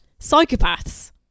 psychopaths